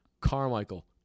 Carmichael